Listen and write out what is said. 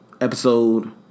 episode